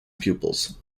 pupils